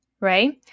right